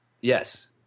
Yes